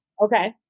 Okay